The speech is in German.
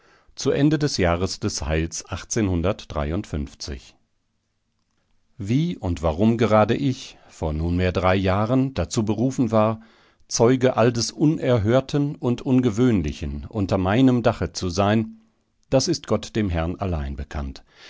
zu ende des jahres des heils wie und warum gerade ich vor nunmehr drei jahren dazu berufen war zeuge all des unerhörten und ungewöhnlichen unter meinem dache zu sein das ist gott dem herrn allein bekannt